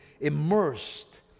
immersed